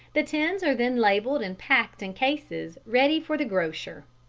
the tins are then labelled and packed in cases ready for the grocer.